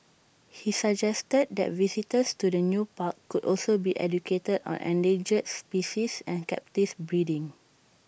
he suggested that the visitors to the new park could also be educated on endangered species and captive breeding